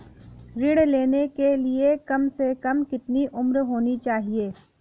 ऋण लेने के लिए कम से कम कितनी उम्र होनी चाहिए?